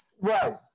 Right